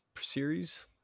series